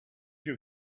you